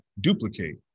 duplicate